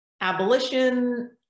abolition